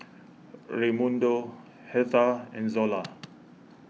Raymundo Hertha and Zola